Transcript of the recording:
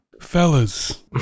Fellas